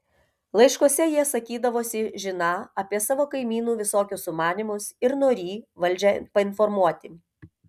laiškuose jie sakydavosi žiną apie savo kaimynų visokius sumanymus ir norį valdžią painformuoti